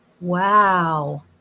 Wow